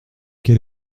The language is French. quel